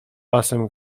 basem